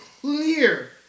clear